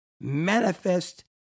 manifest